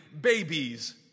babies